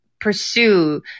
pursue